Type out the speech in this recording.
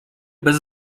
bez